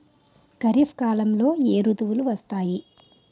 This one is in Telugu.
ఖరిఫ్ కాలంలో ఏ ఋతువులు వస్తాయి?